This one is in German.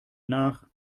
nach